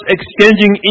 Exchanging